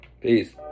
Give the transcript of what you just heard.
Peace